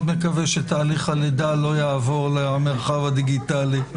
מקווה שהלידה לא יעבור למרחב הדיגיטלי...